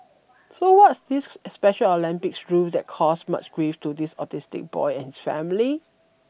so what's this Special Olympics rule that caused much grief to this autistic boy and his family